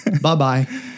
bye-bye